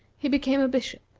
he became a bishop.